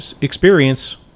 experience